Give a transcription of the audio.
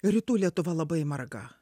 rytų lietuva labai marga